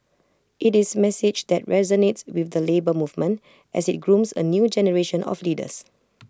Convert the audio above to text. IT is message that resonates with the Labour Movement as IT grooms A new generation of leaders